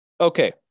Okay